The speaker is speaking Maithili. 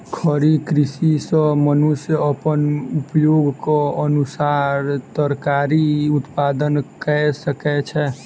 खड़ी कृषि सॅ मनुष्य अपन उपयोगक अनुसार तरकारी उत्पादन कय सकै छै